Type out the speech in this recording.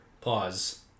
Pause